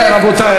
רבותי,